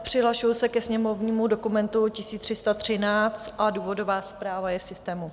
Přihlašuji se ke sněmovnímu dokumentu 1313 a důvodová zpráva je v systému.